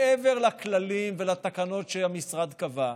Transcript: מעבר לכללים ולתקנות שהמשרד קבע,